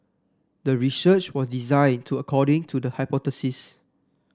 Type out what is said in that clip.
the research was designed to according to the hypothesis